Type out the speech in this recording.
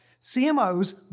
CMOs